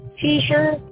t-shirt